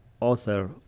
author